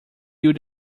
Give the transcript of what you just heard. would